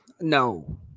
No